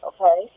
Okay